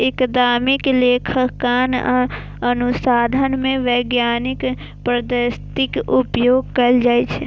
अकादमिक लेखांकन अनुसंधान मे वैज्ञानिक पद्धतिक उपयोग कैल जाइ छै